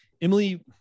Emily